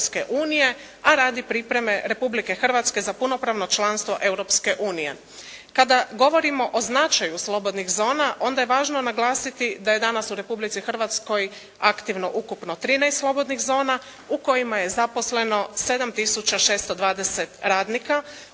a radi pripreme Republike Hrvatske za punopravno članstvo Europske unije. Kada govorimo o značaju slobodnih zona onda je važno naglasiti da je danas u Republici Hrvatskoj aktivno ukupno 13 slobodnih zona u kojima je zaposleno 7620 radnika.